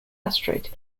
asteroid